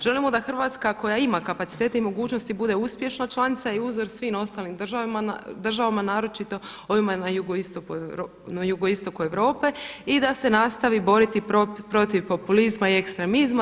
Želimo da Hrvatska koja ima kapacitete i mogućnosti bude uspješna članica i uzor svim ostalim državama naročito ovima na jugoistoku Europe i da se nastavi boriti protiv populizma i ekstremizma.